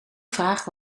vraag